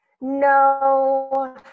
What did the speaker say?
No